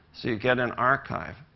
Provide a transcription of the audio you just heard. so you get an archive.